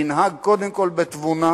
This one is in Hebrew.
ינהג קודם כול בתבונה,